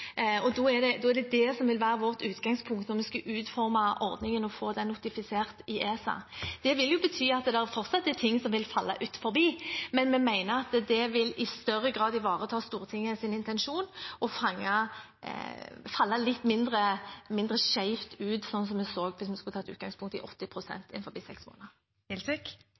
Det er det som vil være vårt utgangspunkt når vi skal utforme ordningen og få den notifisert i ESA. Det betyr at det fortsatt er ting som vil falle utenfor, men vi mener at det i større grad vil ivareta Stortingets intensjon og falle litt mindre skjevt ut enn slik vi så hvis vi skulle tatt utgangspunkt i 80 pst. innenfor seks måneder.